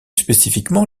spécifiquement